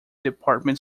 department